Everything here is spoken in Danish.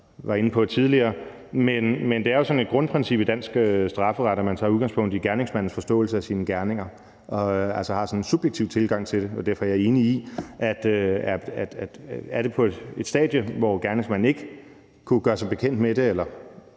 sådan et grundprincip i dansk strafferet, at man tager udgangspunkt i gerningsmandens forståelse af sine gerninger og altså har sådan en subjektiv tilgang til det, og derfor er jeg enig i, at er det på et stadie, hvor gerningsmanden ikke kunne gøre sig bekendt med det